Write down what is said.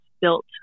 built